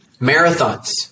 marathons